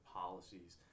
policies